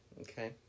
Okay